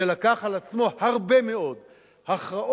שלקח על עצמו הרבה מאוד הכרעות